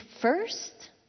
first